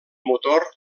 motor